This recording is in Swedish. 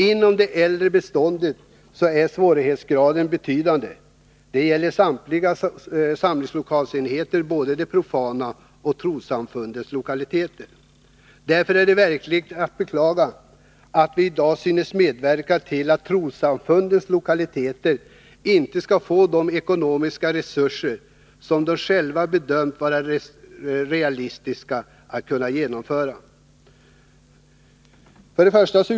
Inom det äldre beståndet är svårigheterna för dessa ofta betydande — det gäller beträffande samlingslokalsenheter både i det profana beståndet och inom trossamfundens område. Därför är det verkligen beklagligt att vi i dag synes medverka till att trossamfunden inte skall få ekonomiska resurser till genomförande av lokalprojekt i den utsträckning som de själva bedömt vara realistisk.